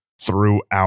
throughout